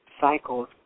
cycles